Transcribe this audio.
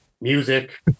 music